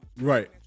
right